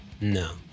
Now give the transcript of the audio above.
No